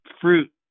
fruit